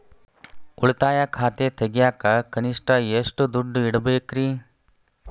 ಉಳಿತಾಯ ಖಾತೆ ತೆಗಿಯಾಕ ಕನಿಷ್ಟ ಎಷ್ಟು ದುಡ್ಡು ಇಡಬೇಕ್ರಿ?